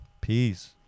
peace